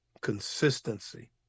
Consistency